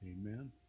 Amen